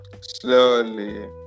Slowly